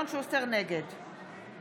נגד